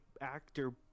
actor